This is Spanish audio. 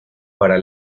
para